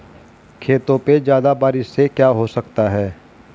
खेतों पे ज्यादा बारिश से क्या हो सकता है?